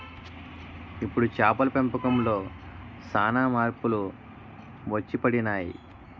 ఇప్పుడు చేపల పెంపకంలో సాన మార్పులు వచ్చిపడినాయి